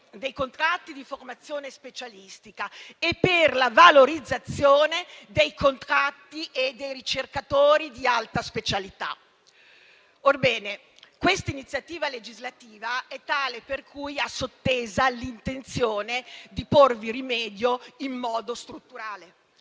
dei contratti di formazione specialistica e per la valorizzazione dei contratti e dei ricercatori di alta specialità. Orbene, questa iniziativa legislativa è tale per cui ha sottesa l'intenzione di porvi rimedio in modo strutturale,